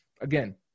Again